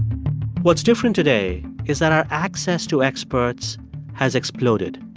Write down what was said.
what's different today is that our access to experts has exploded.